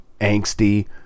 angsty